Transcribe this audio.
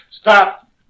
Stop